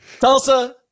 Tulsa